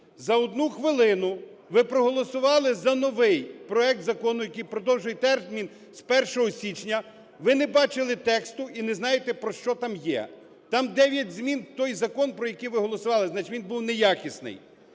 за одну хвилину ви проголосували за новий проект закону, який продовжує термін з 1 січня. Ви не бачили тексту і не знаєте, про що там є. Там дев'ять змін в той закон, про який ви голосували, значить, він був неякісний.